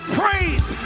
praise